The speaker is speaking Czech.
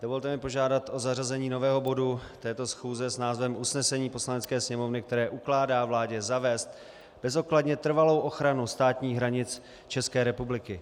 Dovolte mi požádat o zařazení nového bodu této schůze s názvem Usnesení Poslanecké sněmovny, které ukládá vládě zavést bezodkladně trvalou ochranu státních hranic České republiky.